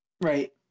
Right